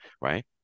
right